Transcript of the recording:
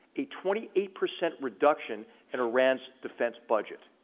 a twenty eight percent reduction in iran's defense budget.